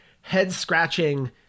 head-scratching